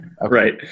Right